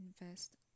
invest